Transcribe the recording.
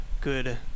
good